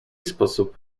sposób